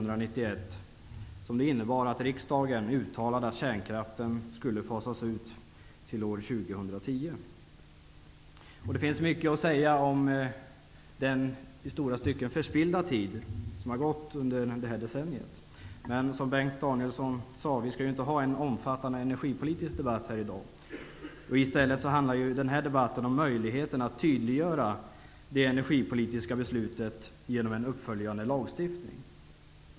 Det finns mycket att säga om den i stora stycken förspillda tid som har gått under detta decennium. Men som Bengt Danielsson sade skall vi ju inte ha någon omfattande energidebatt här i dag. Den här debatten handlar i stället om möjligheten att tydliggöra det energipolitiska beslutet genom en uppföljande lagstiftning.